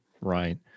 Right